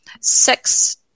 six